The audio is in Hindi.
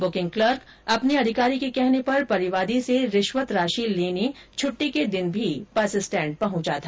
बुकिंग क्लर्क अपने अधिकारी के कहने पर परिवादी से रिश्वत राशि लेने छुट्टी के दिन भी बस स्टैंड पहुंचा था